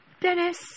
Dennis